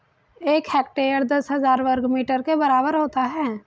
एक हेक्टेयर दस हजार वर्ग मीटर के बराबर होता है